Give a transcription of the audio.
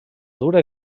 dura